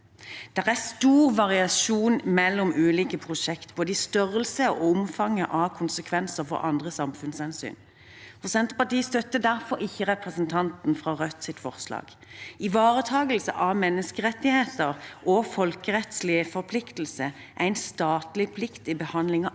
Det er stor variasjon mellom ulike prosjekter, både i størrelse og i omfanget av konsekvenser for andre samfunnshensyn. Senterpartiet støtter derfor ikke representantene fra Rødts forslag. Ivaretakelse av menneskerettigheter og folkerettslige forpliktelser er en statlig plikt i behandlingen av